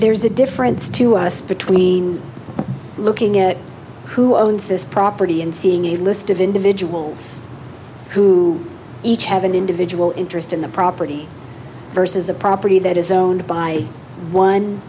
there's a difference to us between looking at who owns this property and seeing a list of individuals who each have an individual interest in the property versus a property that is owned by one